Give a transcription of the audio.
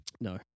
no